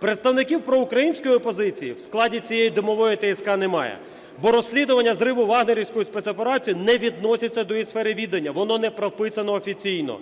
Представників проукраїнської опозиції в складі цієї димової ТСК немає, бо розслідування зриву "вагнерівської спецоперації" не відноситься до її сфери відання, воно не прописано офіційно.